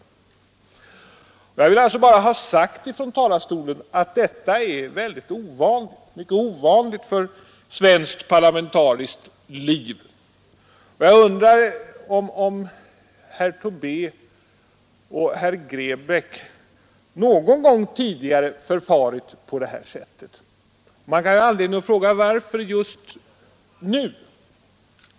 Jag vill bara ha sagt från talarstolen att detta är mycket ovanligt för svenskt parlamentariskt liv, och jag undrar om herr Tobé och herr Grebäck någon gång tidigare förfarit på det här sättet. Man kan ha anledning fråga: Varför just nu?